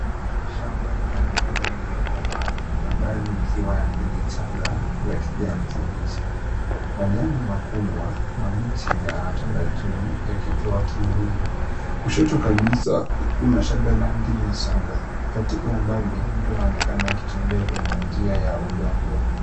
Shamba la migomba iliyokomaa na baadhi ikiwa ndizi changa za kijani kibichi. Majani makubwa mabichi yametanda juu yakitoa kivuli. Kushoto kabisa kuna shada la ndizi changa. Katika umbali mtu anaonekana akitembea kwenye njia ya udongo.